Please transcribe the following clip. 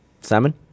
Salmon